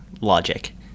logic